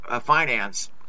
finance